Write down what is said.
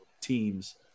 teams